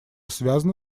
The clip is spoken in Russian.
связано